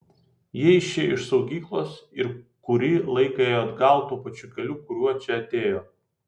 jie išėjo iš saugyklos ir kurį laiką ėjo atgal tuo pačiu keliu kuriuo čia atėjo